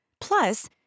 Plus